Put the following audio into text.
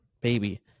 Baby